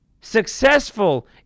successful